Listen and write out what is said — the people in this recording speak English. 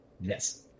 Yes